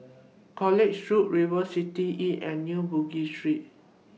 College Road River City Inn and New Bugis Street